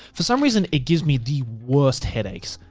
for some reason it gives me the worst headaches.